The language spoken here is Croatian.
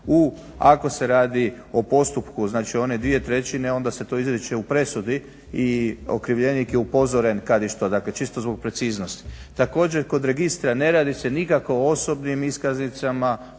ako se radi o postupku one dvije trećine onda se to izriče u presudi i okrivljenik je upozoren kad i što, čisto zbog preciznosti. Također kod registra ne radi se nikako o osobnim iskaznicama,